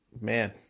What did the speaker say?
man